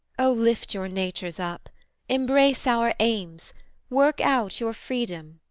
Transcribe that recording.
o lift your natures up embrace our aims work out your freedom.